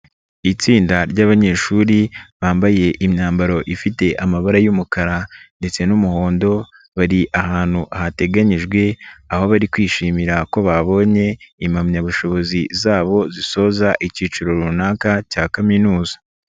Itsinda ryabanyeshuri bambaye imyambaro ifite amabara y'umukara ndetse n'umuhondo, bari ahantu hateganjwe, aho bari kwishimira ko babonye impamyabushobozi zabo zisoza icyiciro runaka cya kaminuza.